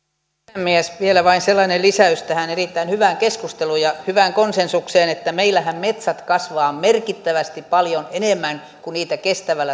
puhemies vielä vain sellainen lisäys tähän erittäin hyvään keskusteluun ja hyvään konsensukseen että meillähän metsät kasvavat merkittävän paljon enemmän kuin niitä